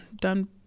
done